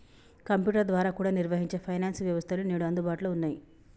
computer ద్వారా కూడా నిర్వహించే ఫైనాన్స్ వ్యవస్థలు నేడు అందుబాటులో ఉన్నయ్యి